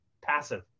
Passive